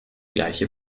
gleiche